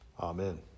Amen